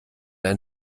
ein